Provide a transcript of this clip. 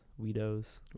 Weedos